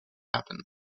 happen